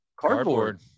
cardboard